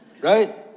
Right